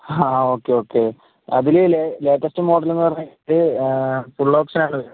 ആ okay okay അതിൽ latest മോഡലെന്ന് പറഞ്ഞു കഴിഞ്ഞാൽ ഫുള്ള് ഓപ്ഷൻ ആണ് വരുന്നത്